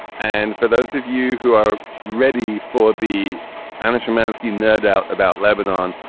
and for those of you who are ready for the unasur matzke, no doubt about lebanon.